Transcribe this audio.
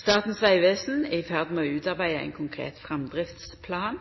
Statens vegvesen er i ferd med å utarbeida ein konkret framdriftsplan.